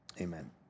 amen